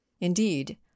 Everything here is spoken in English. indeed